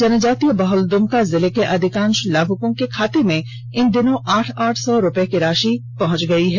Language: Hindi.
जनजातीय बहुल द्मका जिले के अधिकांष लाभुकों के खाते में इन दिनों आठ आठ सौ रूपये की राषि पहुंच गयी है